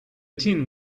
tin